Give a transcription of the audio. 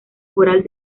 foral